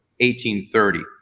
1830